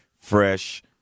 Fresh